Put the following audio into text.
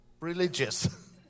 religious